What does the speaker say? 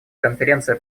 конференция